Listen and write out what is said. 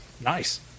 nice